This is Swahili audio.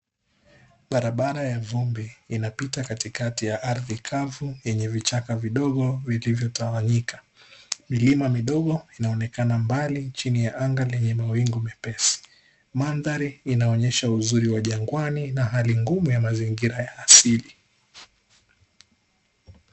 Barabara ya vumbi, inapita katikati ya ardhi kavu yenye vichaka vidogo vilivyotawanyika. Milima midogo inaonekana mbali chini ya anga lenye mawingu mepesi. Mandhari inaonyesha uzuri wa jangwani na hali ngumu ya mazingira ya asili.